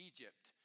Egypt